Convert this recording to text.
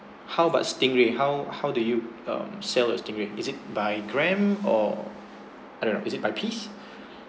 how about stingray how how do you um sell the stingray is it by gram or I don't know is it by piece